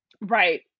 Right